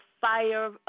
fire